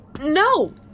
No